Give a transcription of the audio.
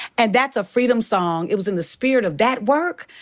and that's a freedom song. it was in the spirit of that work.